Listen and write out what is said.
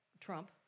Trump